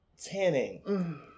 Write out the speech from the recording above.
tanning